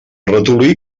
ratolí